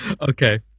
Okay